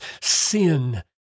sin